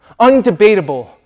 undebatable